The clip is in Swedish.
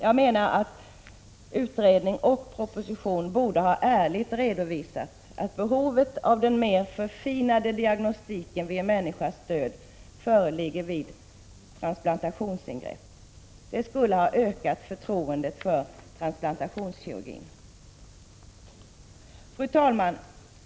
Jag menar att utredning och proposition ärligt borde ha redovisat att behovet av mer förfinad diagnostik vid en människas död föreligger vid transplantationsingrepp. Det skulle ha ökat förtroendet för transplantationskirurgin. Fru talman!